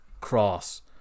Cross